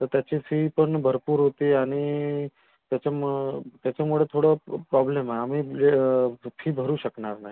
तर त्याची फी पण भरपूर होती आणि त्याच्यामु त्याच्यामुळं थोडं प्रॉब्लेम आहे आम्ही फी भरू शकणार नाही